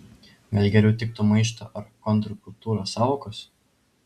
gal geriau tiktų maišto ar kontrkultūros sąvokos